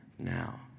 now